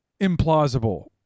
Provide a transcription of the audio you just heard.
implausible